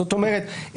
זאת אומרת,